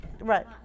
Right